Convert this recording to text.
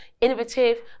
innovative